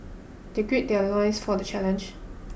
they gird their loins for the challenge